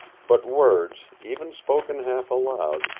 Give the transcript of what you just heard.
but words, even spoken half aloud,